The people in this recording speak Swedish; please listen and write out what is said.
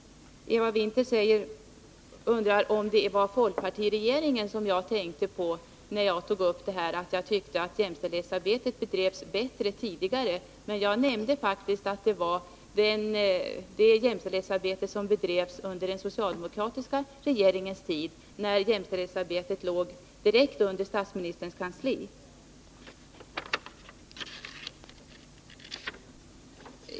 Eva Winther undrade om det var folkpartiregeringen som jag tänkte på när jag sade att jämställdhetsarbetet enligt min mening bedrevs bättre tidigare. Men jag nämnde faktiskt att jag syftade på det jämställdhetsarbete som bedrevs under den socialdemokratiska regeringens tid, när jämställdhetsarbetet var direkt underställt statsministerns kansli.